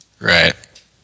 Right